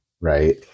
Right